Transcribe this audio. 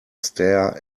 stare